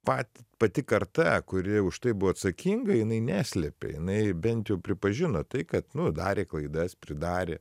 pat pati karta kuri už tai buvo atsakinga jinai neslėpė jinai bent jau pripažino tai kad darė klaidas pridarė